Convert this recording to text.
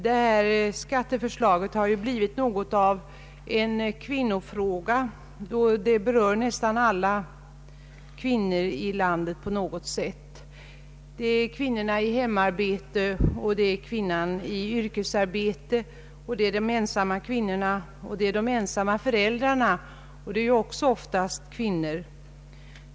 Föreliggande skatteförslag har blivit något av en kvinnofråga, då det på något sätt berör nästan alla kvinnor i landet; det gäller kvinnan i hemarbete och kvinnan i yrkesarbete och det gäller de ensamma kvinnorna och de ensamma föräldrarna — och det är också oftast kvinnor.